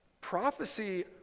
Prophecy